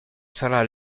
sarà